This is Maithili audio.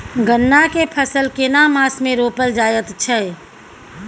गन्ना के फसल केना मास मे रोपल जायत छै?